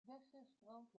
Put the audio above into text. wegrestaurant